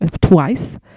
twice